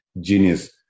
genius